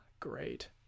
Great